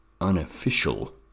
unofficial